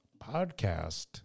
podcast